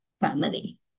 family